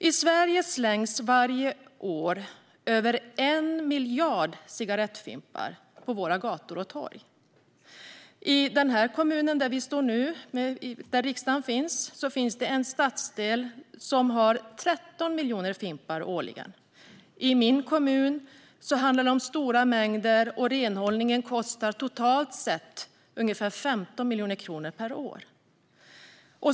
I Sverige slängs varje år över 1 miljard cigarettfimpar på våra gator och torg. I den kommun där vi nu befinner oss, där riksdagen finns, finns en stadsdel som har 13 miljoner fimpar årligen. I min kommun handlar det om stora mängder, och renhållningen kostar totalt ungefär 15 miljoner kronor per år.